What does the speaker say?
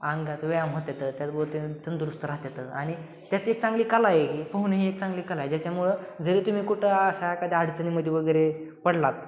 अंगाचं व्यायाम होतात त्या बरोबर तंदुरुस्त राहतात आणि त्यात एक चांगली कला आहे की पोहण ही एक चांगली कला आहे ज्याच्यामुळं जरी तुम्ही कुठं अशा एकाद्या अडचणीमध्ये वगैरे पडलात